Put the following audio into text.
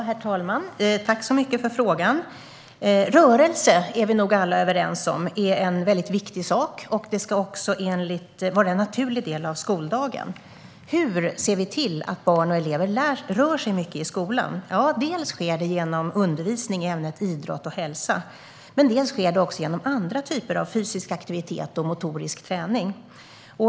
Herr talman! Jag tackar så mycket för frågan. Vi är nog alla överens om att rörelse är en väldigt viktig sak. Rörelse ska också vara en naturlig del av skoldagen. Hur ser vi då till att barn och elever rör sig mycket i skolan? Dels sker det genom undervisning i ämnet idrott och hälsa, dels sker det genom andra typer av fysisk aktivitet och motorisk träning.